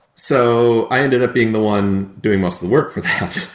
so i ended up being the one doing most of the work for that,